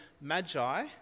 magi